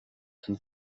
and